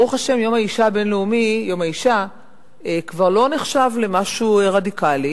ברוך השם, יום האשה כבר לא נחשב למשהו רדיקלי,